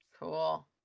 Cool